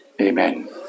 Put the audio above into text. Amen